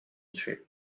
trip